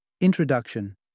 Introduction